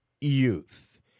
youth